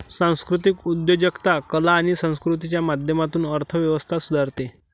सांस्कृतिक उद्योजकता कला आणि संस्कृतीच्या माध्यमातून अर्थ व्यवस्था सुधारते